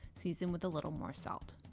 season with a little more salt.